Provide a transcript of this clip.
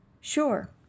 Sure